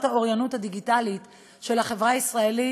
האוריינות הדיגיטלית של החברה הישראלית.